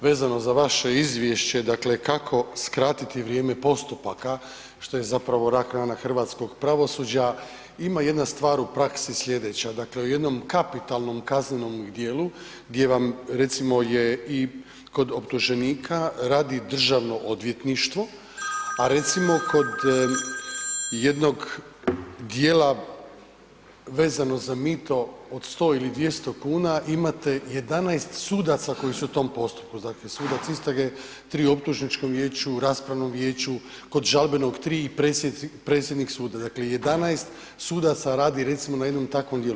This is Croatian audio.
Vezano za vaše izvješće kako skratiti vrijeme postupaka što je rak rana hrvatskog pravosuđa, ima jedna stvar u praksi sljedeća, dakle u jednom kapitalnom kaznenom dijelu gdje vam recimo je i kod optuženika radi Državno odvjetništvo, a recimo kod jednog dijela vezano za mito od 100 ili 200 kuna imate 11 sudaca koji su u tom postupku, dakle sudac istrage, tri u optuženičkom vijeću, raspravnom vijeću kod žalbenog tri i predsjednik suda, dakle 11 sudaca radi recimo na jednom takvom djelu.